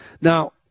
Now